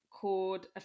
called